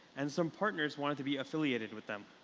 and some partners wanted to be affiliated with them.